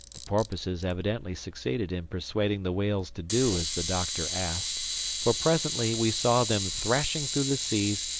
the porpoises evidently succeeded in persuading the whales to do as the doctor asked for presently we saw them thrashing through the seas,